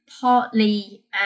Partly